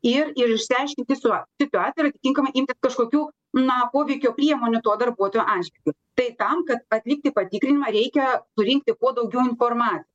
ir ir išsiaiškinti sua situaciją ir atitinkamai imtis kažkokių na poveikio priemonių to darbuotojo atžvilgiu tai tam kad atlikti patikrinimą reikia surinkti kuo daugiau informa